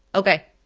okay,